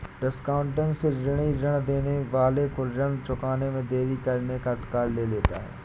discounting से ऋणी ऋण देने वाले को ऋण चुकाने में देरी करने का अधिकार ले लेता है